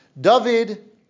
David